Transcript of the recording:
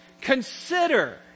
Consider